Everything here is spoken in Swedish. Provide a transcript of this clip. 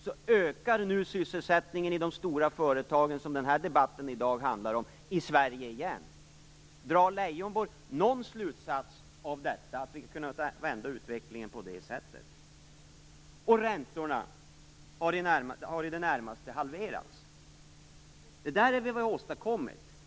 Nu ökar alltså sysselsättningen i de stora företagen i Sverige, som debatten i dag handlar om. Drar Leijonborg någon slutsats av att vi har kunnat vända utvecklingen på det sättet? Och räntorna har i det närmaste halverats. Detta är vad vi har åstadkommit.